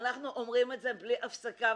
אנחנו אומרים את זה בלי הספקה,